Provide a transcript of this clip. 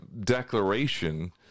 declaration